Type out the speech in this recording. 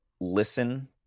listen